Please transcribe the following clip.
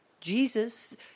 Jesus